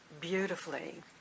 beautifully